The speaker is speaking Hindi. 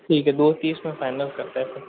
ठीक है दो तीस का फाइनल करते हैं अपन